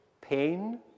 pain